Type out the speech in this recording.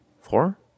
four